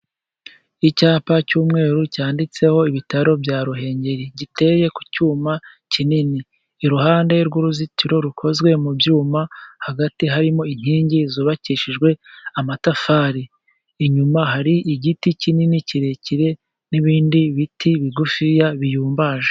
Icyapa cy'umweru cyanditseho Ibitaro bya Ruhengeri, giteye ku cyuma kinini, iruhande rw'uruzitiro rukozwe mu byuma, hagati harimo inkingi zubakishijwe amatafari, inyuma hari igiti kinini kirekire n'ibindi biti bigufiya biyumbaje.